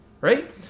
Right